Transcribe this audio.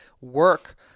work